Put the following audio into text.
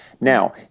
Now